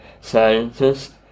scientists